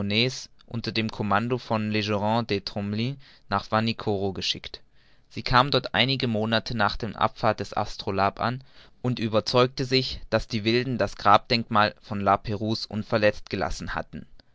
unter dem commando von legoarant de tromelin nach vanikoro geschickt sie kam dort einige monat nach der abfahrt des astrolabe an und überzeugte sich daß die wilden das grabdenkmal la prouse's unverletzt gelassen hatten